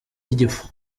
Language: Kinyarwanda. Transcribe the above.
y’igifu